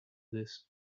this